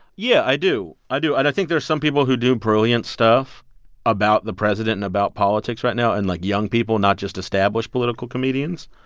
yeah, i do. i do. and i think there are some people who do brilliant stuff about the president and about politics right now and, like, young people, not just established political comedians.